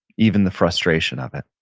even the frustration of it.